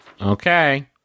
Okay